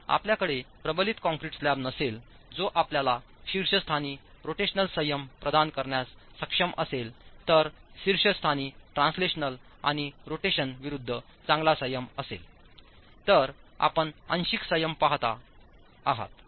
जर आपल्याकडे प्रबलित कंक्रीट स्लॅब नसेल जो आपल्याला शीर्षस्थानी रोटेशनल संयम प्रदान करण्यास सक्षम असेल तर शीर्षस्थानी ट्रान्सलेशनल आणि रोटेशन विरूद्ध चांगला संयम असेल तर आपण आंशिक संयम पहात आहात